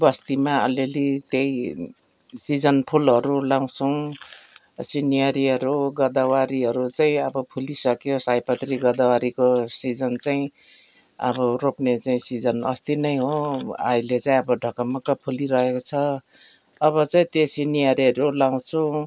बस्तीमा अलिअलि त्यही सिजन फुलहरू लगाउँछौँ सिनेरीहरू गोदावरीहरू चाहिँ अब फुलिसक्यो सयपत्री गोदावरीको सिजन चाहिँ अब रोप्ने चाहिँ सिजन अस्ति नै हो अहिले चाहिँ अब ढकमक फुलिरहेको छ अब चाहिँ त्यो सिनेरीहरू लगाउँछु